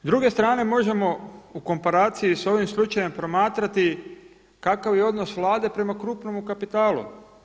S druge strane možemo u komparaciji sa ovim slučajem promatrati kakav je odnos Vlade prema krupnome kapitalu.